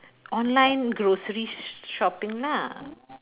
online groceries shopping lah